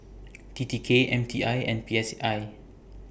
T T K M T I and P S I